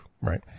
right